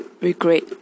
regret